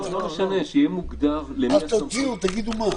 שיהיה מוגדר למי יש סמכויות.